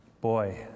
Boy